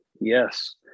Yes